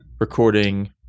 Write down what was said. recording